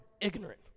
ignorant